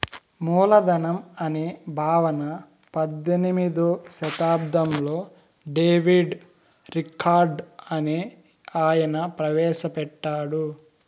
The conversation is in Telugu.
మూలధనం అనే భావన పద్దెనిమిదో శతాబ్దంలో డేవిడ్ రికార్డో అనే ఆయన ప్రవేశ పెట్టాడు